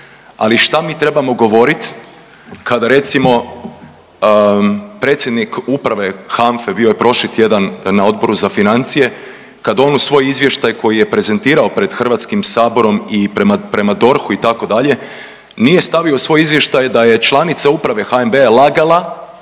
Ali šta mi trebamo govorit kada recimo predsjednik uprave HANFE bio je prošli tjedan na Odboru za financije kad on u svoj izvještaj koji je prezentirao pred Hrvatskim saborom i prema DORH-u itd., nije stavio u svoj izvještaj da je članica uprave HNB-a lagala,